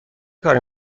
کاری